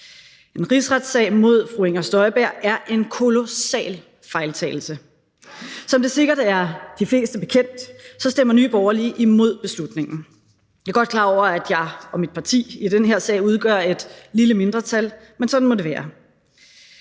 En rigsretssag mod fru Inger Støjberg er en kolossal fejltagelse. Som det sikkert er de fleste bekendt, stemmer Nye Borgerlige imod beslutningen. Jeg er godt klar over, at jeg og mit parti i den her sag udgør et lille mindretal, men sådan må det være.